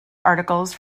articles